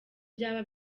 byaba